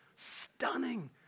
Stunning